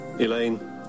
Elaine